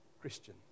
Christian